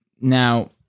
Now